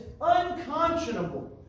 unconscionable